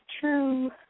true